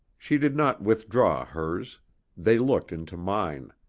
she did not withdraw hers they looked into mine.